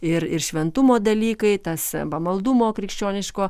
ir ir šventumo dalykai tas pamaldumo krikščioniško